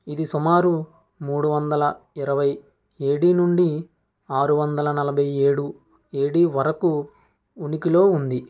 ఇది సుమారు మూడు వందల ఇరవై ఏడి నుండి ఆరు వందల నలభై ఏడు ఏడి వరకు ఉనికిలో ఉంది